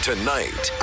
Tonight